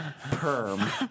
perm